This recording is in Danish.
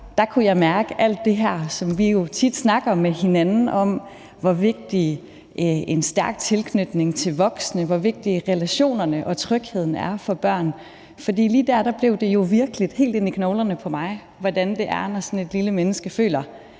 der kunne jeg mærke alt det her, som vi jo tit snakker med hinanden om, nemlig hvor vigtig en stærk tilknytning til voksne og hvor vigtige relationerne og trygheden er for børn. For lige der blev det jo virkeligt helt inde i knoglerne på mig, hvordan det er, når sådan et lille menneske føler,